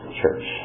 church